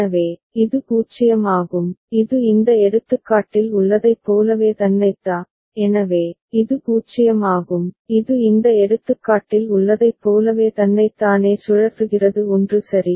எனவே இது 0 ஆகும் இது இந்த எடுத்துக்காட்டில் உள்ளதைப் போலவே தன்னைத் தானே சுழற்றுகிறது 1 சரி